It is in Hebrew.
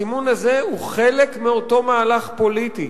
הסימון הזה הוא חלק מאותו מהלך פוליטי